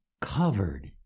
covered